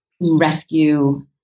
rescue